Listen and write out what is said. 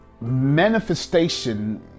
Manifestation